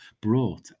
brought